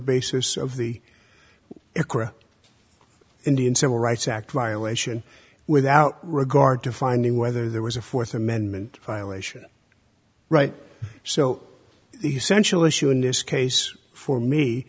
basis of the indian civil rights act violation without regard to finding whether there was a fourth amendment violation right so essential issue in this case for me